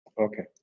Okay